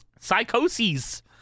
Psychoses